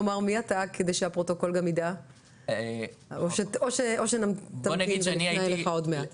לומר מי אתה על מנת שגם הפרוטוקול ידע או שתמתין ונפנה אליך עוד מעט.